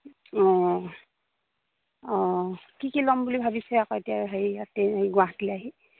অঁ অঁ কি কি ল'ম বুলি ভাবিছে আকৌ এতিয়া হেৰি ইয়াতে গুৱাহাটীলৈ আহি